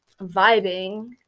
vibing